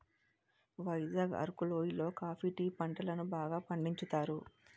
వైజాగ్ అరకు లోయి లో coffee tea పంటలను బాగా పండించుతారు